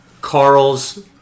Carl's